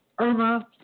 Irma